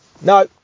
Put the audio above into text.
no